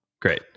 Great